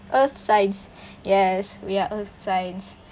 earth signs yes we are earth signs